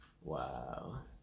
Wow